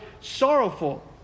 sorrowful